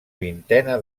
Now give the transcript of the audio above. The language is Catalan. vintena